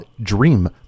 Dream